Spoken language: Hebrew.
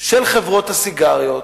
של חברות הסיגריות